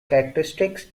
characteristics